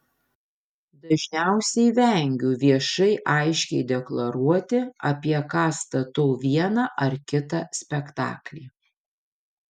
dažniausiai vengiu viešai aiškiai deklaruoti apie ką statau vieną ar kitą spektaklį